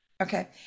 Okay